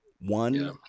One